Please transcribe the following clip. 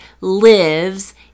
lives